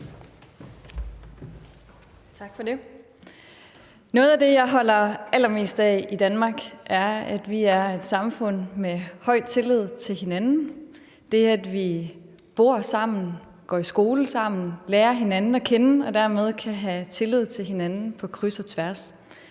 Noget af det, jeg holder allermest af i Danmark, er, at vi er et samfund med stor tillid til hinanden. Vi bor sammen, går i skole sammen, lærer hinanden at kende, og dermed kan vi have tillid til hinanden på kryds og tværs.